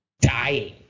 dying